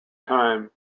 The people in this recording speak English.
time